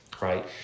Right